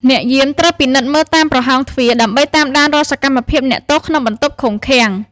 អ្នកយាមត្រូវពិនិត្យមើលតាមប្រហោងទ្វារ ដើម្បីតាមដានរាល់សកម្មភាពអ្នកទោសក្នុងបន្ទប់ឃុំឃាំង។